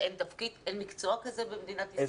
שאין מקצוע כזה במדינת ישראל.